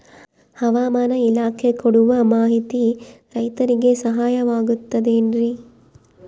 ಹವಮಾನ ಇಲಾಖೆ ಕೊಡುವ ಮಾಹಿತಿ ರೈತರಿಗೆ ಸಹಾಯವಾಗುತ್ತದೆ ಏನ್ರಿ?